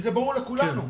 זה ברור לכולנו.